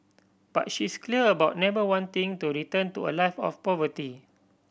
but she's clear about never wanting to return to a life of poverty